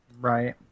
Right